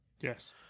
Yes